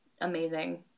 amazing